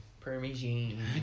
parmesan